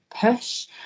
push